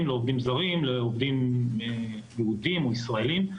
לעובדים זרים לעובדים יהודיים או ישראליים.